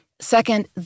Second